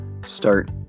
start